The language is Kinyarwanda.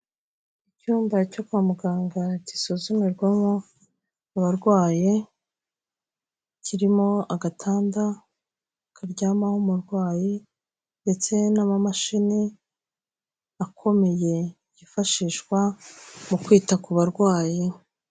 Icyumba cyo kwa muganga, gisuzumirwamo abarwaye, kirimo agatanda karyamaho umurwayi, ndetse n'amamashini akomeye, yifashishwa mu kwita ku barwayi.